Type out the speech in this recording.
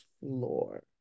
floor